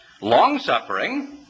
Long-suffering